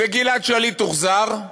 וגלעד שליט הוחזר,